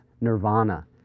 nirvana